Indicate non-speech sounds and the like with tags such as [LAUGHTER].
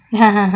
[LAUGHS]